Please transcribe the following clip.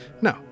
no